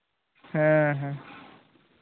ᱦᱮᱸ ᱦᱮᱸ